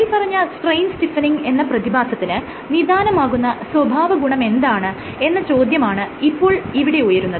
മേല്പറഞ്ഞ strain stiffening എന്ന പ്രതിഭാസത്തിന് നിധാനമാകുന്ന സ്വഭാവഗുണമെന്താണ് എന്ന ചോദ്യമാണ് ഇവിടെ ഇപ്പോൾ ഉയരുന്നത്